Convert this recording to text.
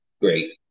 great